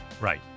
Right